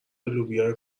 لوبیا